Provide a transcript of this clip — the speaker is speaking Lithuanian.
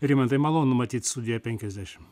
rimantai malonu matyt studijoj penkiasdešim